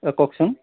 অঁ কওকচান